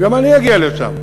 גם אני אגיע לשם.